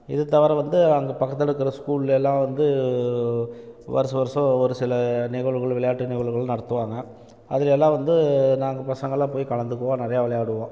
இது தவிர வந்து அங்கே பக்கத்தில் இருக்கிற ஸ்கூலில் எல்லாம் வந்து வருஷம் வருஷம் ஒரு சில நிகழ்வுகள் விளையாட்டு நிகழ்வுகள் நடத்துவாங்க அதில் எல்லாம் வந்து நாங்கள் பசங்க எல்லாம் போய் கலந்துக்குவோம் நிறையா விளையாடுவோம்